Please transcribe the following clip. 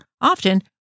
often